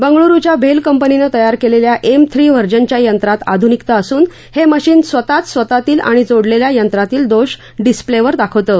बंगळूरुच्या भेल कंपनीनं तयार केलेल्या एम थ्री व्हर्जनच्या यंत्रात आधूनिकता असून हे मशीन स्वतःच स्वतःतील आणि जोडलेल्या यंत्रातील दोष डिस्प्लेवर दाखवतं